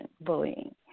bullying